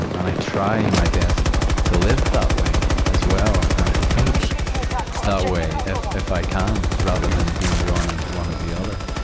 um and i try my best to live that way, as well, and to think that way, if, if i can, rather than being drawn into one or the other.